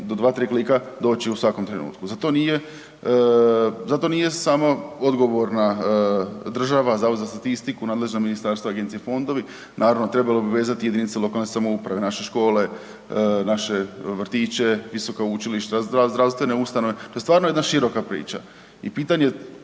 do dva tri klika doći u svakom trenutku. Za to nije, za to nije samo odgovorna država, Zavod za statistiku, nadležna ministarstva, agencije i fondovi, naravno trebalo bi vezati JLS-ove, naše škole, naše vrtiće, visoka učilišta, zdravstvene ustanove, to je stvarno jedna široka priča i pitanje,